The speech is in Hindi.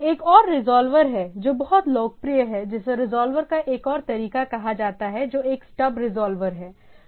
एक और रिज़ॉल्वर है जो बहुत लोकप्रिय है जिसे रिज़ॉल्वर का एक और तरीका कहा जाता है जो एक स्टब रिज़ॉल्वर है